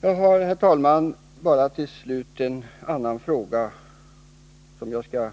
Jag har, herr talman, till slut bara en annan fråga, som jag skall